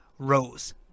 Rose